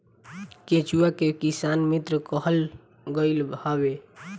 केचुआ के किसान मित्र कहल गईल हवे